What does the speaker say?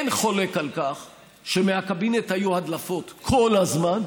אין חולק על כך שמהקבינט היו הדלפות כל הזמן,